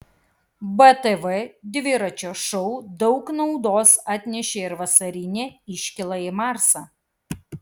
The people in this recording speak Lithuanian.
btv dviračio šou daug naudos atnešė ir vasarinė iškyla į marsą